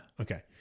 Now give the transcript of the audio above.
Okay